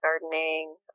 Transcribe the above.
gardening